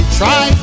try